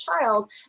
child